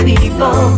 People